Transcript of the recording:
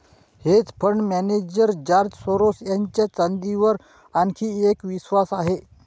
hedge fund manager George Soros यांचा चांदीवर आणखी एक विश्वास आहे